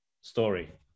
story